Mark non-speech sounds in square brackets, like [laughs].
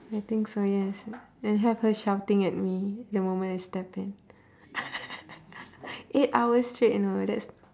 I think so yes and have her shouting at me the moment I step in [laughs] eight hours straight you know that's